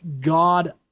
god